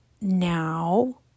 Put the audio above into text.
now